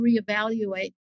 reevaluate